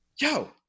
yo